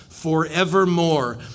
forevermore